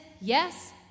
yes